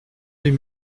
deux